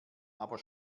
aber